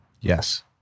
yes